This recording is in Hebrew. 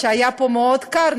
שהיה פה מאוד קר,